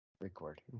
Record